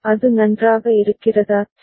அது நன்றாக இருக்கிறதா சரி